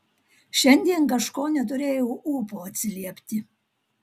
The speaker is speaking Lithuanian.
šiandien kažko neturėjau ūpo atsiliepti